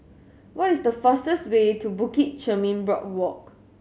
what is the fastest way to Bukit Chermin Boardwalk